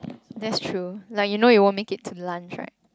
there's true like you know you won't make it to lunch right